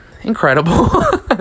Incredible